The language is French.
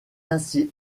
ainsi